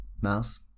mouse